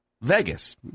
Vegas